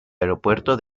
aeropuerto